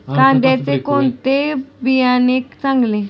कांद्याचे कोणते बियाणे चांगले?